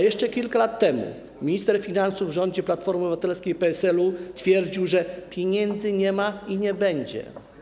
Jeszcze kilka lat temu minister finansów w rządzie Platformy Obywatelskiej i PSL-u twierdził, że nie ma pieniędzy i nie będzie.